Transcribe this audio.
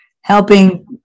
helping